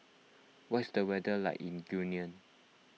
what's the weather like in Guinea